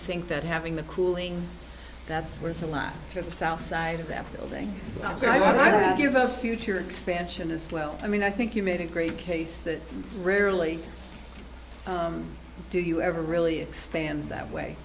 think that having the cooling that's worth a lot to the south side of that building so i don't give a future expansion as well i mean i think you made a great case that rarely do you ever really expand that way